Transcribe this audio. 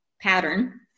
pattern